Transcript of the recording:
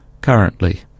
currently